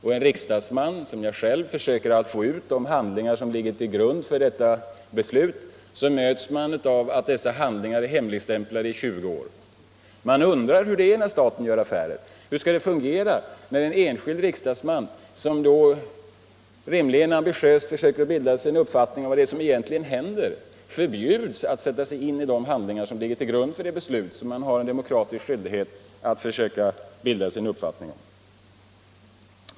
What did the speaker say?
När en riksdagsman, t.ex. jag själv, försöker få ut de handlingar som ligger till grund för detta beslut möts han av beskedet att dessa handlingar är hemligstämplade i 20 år. Man undrar hur det fungerar i statliga affärssammanhang när en enskild riksdagsman, som ambitiöst försöker bilda sig en uppfattning om vad som egentligen händer, förbjuds att sätta sig in i de handlingar som ligger till grund för det beslut som man har en demokratisk skyldighet att försöka bilda sig en uppfattning om.